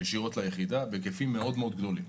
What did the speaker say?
ישירות ליחידה בהיקפים מאוד גדולים.